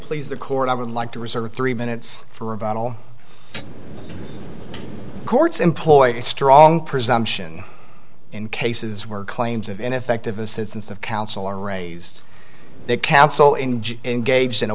please the court i would like to reserve three minutes for about all courts employ a strong presumption in cases where claims of ineffective assistance of counsel are raised they counsel in engaged in a